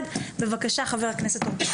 בבקשה, חבר הכנסת טור-פז.